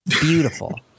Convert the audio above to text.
beautiful